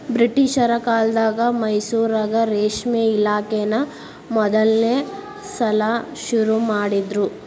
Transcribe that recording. ಬ್ರಿಟಿಷರ ಕಾಲ್ದಗ ಮೈಸೂರಾಗ ರೇಷ್ಮೆ ಇಲಾಖೆನಾ ಮೊದಲ್ನೇ ಸಲಾ ಶುರು ಮಾಡಿದ್ರು